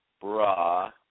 bra